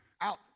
out